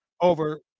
over